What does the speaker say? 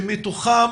שמתוכם